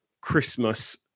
Christmas